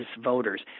voters